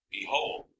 Behold